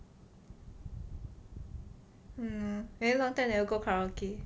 hmm very long time never go karaoke